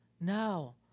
now